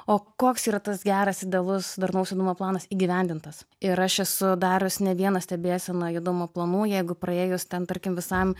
o koks yra tas geras idealus darnaus judumo planas įgyvendintas ir aš esu darius ne vieną stebėseną judumo planų jeigu praėjus ten tarkim visam